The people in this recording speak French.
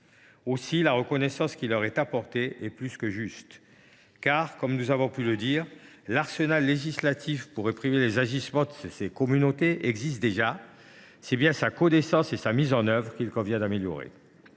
Aussi la reconnaissance qui leur est apportée est elle plus que juste. En effet, cela a déjà été dit, l’arsenal législatif destiné à réprimer les agissements de ces communautés existe déjà. C’est bien sa connaissance et sa mise en œuvre qu’il convient d’améliorer.